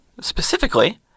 specifically